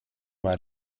war